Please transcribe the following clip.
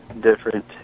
different